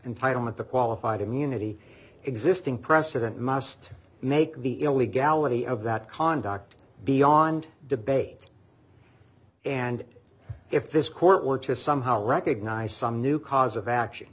entitlement to qualified immunity existing precedent must make the illegality of that conduct beyond debate and if this court were to somehow recognize some new cause of action